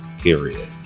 period